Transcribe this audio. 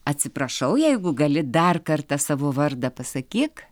atsiprašau jeigu gali dar kartą savo vardą pasakyk